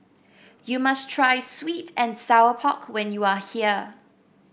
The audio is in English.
you must try sweet and Sour Pork when you are here